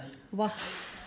वाह्